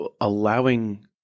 allowing